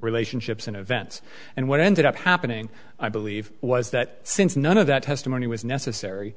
relationships and events and what ended up happening i believe was that since none of that testimony was necessary